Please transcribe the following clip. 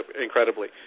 incredibly